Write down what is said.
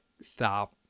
stop